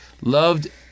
loved